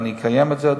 ואני אקיים את זה,